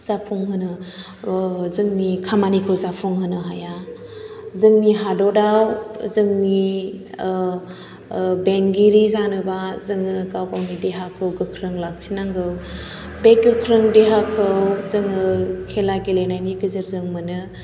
जाफुंहोनो जोंनि खामानिखौ जाफुंहोनो हाया जोंनि हादरआव जोंनि बेंगिरि जानोबा जोङो गाव गावनि देहाखौ गोख्रों लाखिनांगौ बे गोख्रों देहाखौ जोङो खेला गेलेनायनि गेजेरजों मोनो